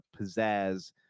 pizzazz